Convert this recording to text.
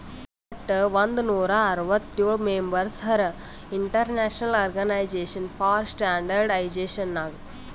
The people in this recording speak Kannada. ವಟ್ ಒಂದ್ ನೂರಾ ಅರ್ವತ್ತೋಳ್ ಮೆಂಬರ್ಸ್ ಹರಾ international organization for standardization Nag